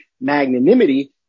magnanimity